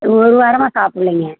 ஒரு வாரமாக சாப்பில்லைங்க